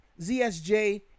ZSJ